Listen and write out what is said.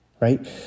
Right